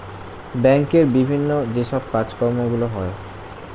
ব্যাংকের বিভিন্ন যে সব কাজকর্মগুলো হয়